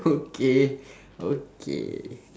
okay okay